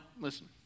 listen